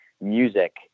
music